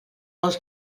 ous